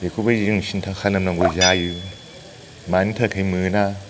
बेखौबो जों सिन्था खालामनांगौ जायो मानि थाखाय मोना